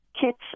kits